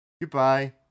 Goodbye